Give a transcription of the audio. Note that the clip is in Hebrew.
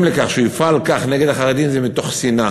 לכך שהוא יפעל כך נגד החרדים זה שנאה.